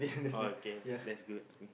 oh okay that's good to me